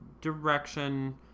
direction